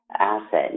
asset